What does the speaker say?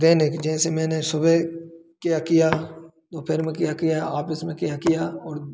दैनिक जैसे मैंने सुबह क्या किया दोपहर में क्या किया आपिस में क्या किया और